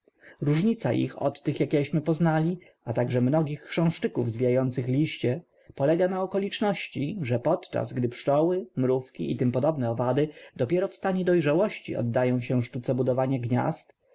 różnica ich od tych jakieśmy poznali a także mnogich chrząszczyków zwijających liście polega na okoliczności że podczas gdy pszczoły mrówki i t p owady dopiero w stanie dojrzałości oddają się sztuce budowania gniazd